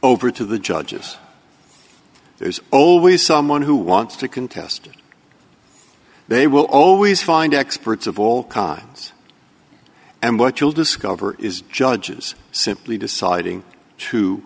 over to the judges there's always someone who wants to contest they will always find experts of all kinds and what you'll discover is judges simply deciding too